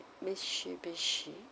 Mitsubishi